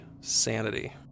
Sanity